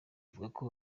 avuka